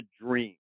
dream